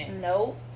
nope